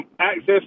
access